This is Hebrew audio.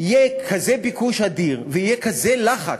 יהיה כזה ביקוש אדיר ויהיה כזה לחץ,